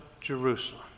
Jerusalem